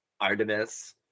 artemis